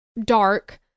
dark